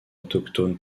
autochtone